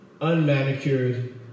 Unmanicured